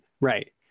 Right